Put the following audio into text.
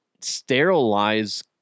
sterilize